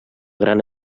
gran